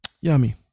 Yummy